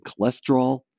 cholesterol